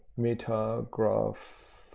meta graph.